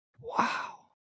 Wow